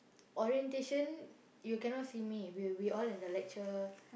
orientation you cannot see me we we all in the lecture